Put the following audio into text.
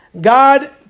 God